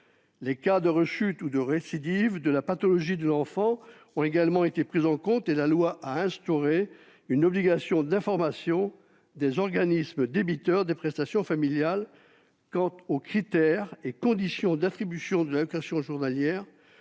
Les cas de rechute ou de récidive de la pathologie de l'enfant ont également été pris en compte et la loi a instauré une obligation d'information des organismes débiteurs des prestations familiales quant aux critères et conditions d'attribution de l'allocation journalière